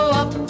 up